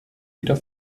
wieder